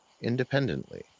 independently